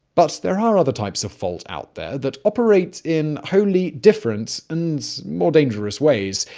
but there are other types of fault out there, that operate in wholly different, and more dangerous ways.